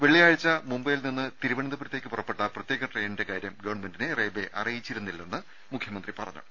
വെള്ളിയാഴ്ച്ച മുംബൈയിൽ നിന്ന് തിരുവനന്തപുരത്തേക്ക് പുറപ്പെട്ട പ്രത്യേക ട്രെയിനിന്റെ കാര്യം ഗവൺമെന്റിനെ റെയിൽവെ അറിയിച്ചിരുന്നില്ലെന്ന് മുഖ്യമന്ത്രി പറഞ്ഞു